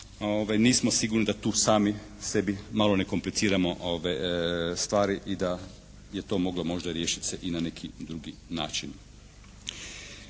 Nismo sigurni da tu sami sebi malo ne kompliciramo stvari i da je to možda moglo riješit se i na neki drugi način.